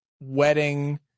wedding